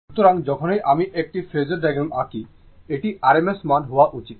single phase AC circuits continued সুতরাং যখনই আমি একটি ফেজোর ডায়াগ্রাম আঁকি এটি rms মান হওয়া উচিত